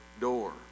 door